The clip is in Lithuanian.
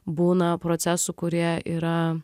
būna procesų kurie yra